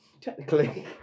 technically